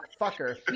fucker